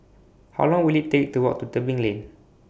How Long Will IT Take to Walk to Tebing Lane